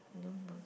numbers